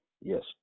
Yes